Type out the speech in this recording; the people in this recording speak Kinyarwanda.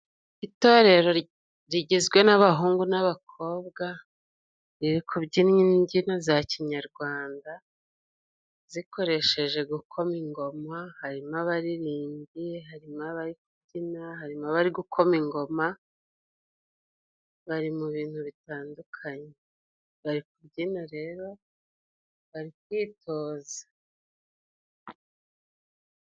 Itorero rigizwe n'abahungu n'abakobwa riri kubyina imbyino za kinyarwanda zikoresheje gukoma ingoma, harimo abaririmbyi, harimo ababyina ,harimo abari gukoma ingoma bari mu bintu bitandukanye bari kubyina rero bari kwitoza.